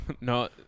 no